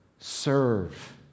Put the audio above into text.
serve